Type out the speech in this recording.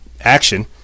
action